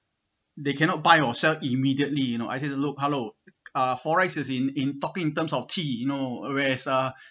they cannot buy or sell immediately you know I said look hello uh forex is in in talking in terms of T you know whereas ah